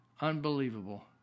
Unbelievable